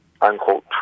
unquote